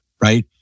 right